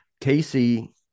Casey